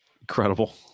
incredible